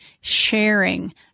sharing